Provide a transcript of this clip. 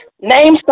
name